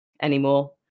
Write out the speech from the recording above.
anymore